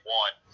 one –